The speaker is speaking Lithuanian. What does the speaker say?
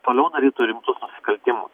toliau darytų rimtus nusikaltimus